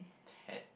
had